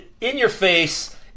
in-your-face